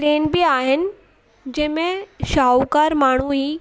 plain बि आहिनि जंहिंमें शाहूकारु माण्हू ई